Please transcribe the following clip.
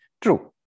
True